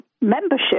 membership